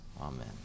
Amen